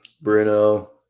Bruno